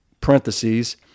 parentheses